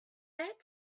that